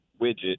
widget